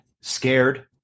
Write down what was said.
scared